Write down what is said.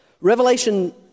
Revelation